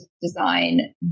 design